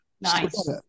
Nice